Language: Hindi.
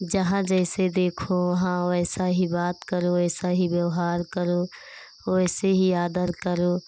जहाँ जैसे देखो वहाँ वैसा ही बात करो वैसा ही व्यवहार करो वैसे ही आदर करो